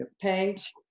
page